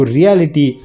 reality